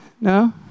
No